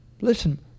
Listen